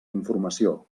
informació